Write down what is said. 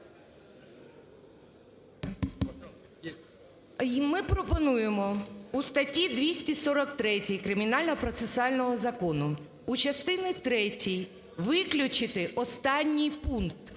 Ми пропонуємо у статті 243 Кримінально-процесуального закону у частині третій виключити останній пункт,